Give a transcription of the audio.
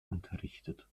unterrichtet